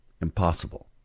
Impossible